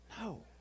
No